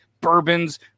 bourbons